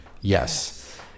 yes